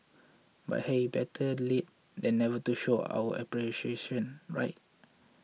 but hey better late than never to show our appreciation right